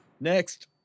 Next